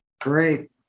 Great